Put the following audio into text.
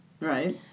right